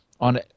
on